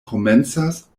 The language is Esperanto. komencas